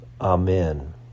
amen